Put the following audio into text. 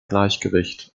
gleichgewicht